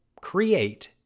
create